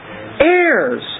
Heirs